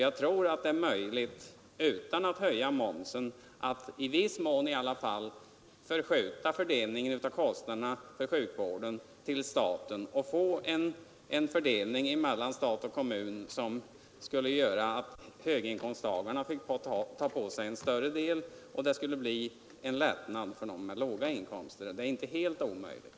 Jag tror att det är möjligt att i viss mån förskjuta fördelningen av kostnaderna för sjukvården till staten utan att höja momsen och få till stånd en sådan fördelning mellan stat och kommun att höginkomsttagarna får ta på sig en större del av kostnaderna och låginkomsttagarna får en lättnad. Det är inte helt omöjligt.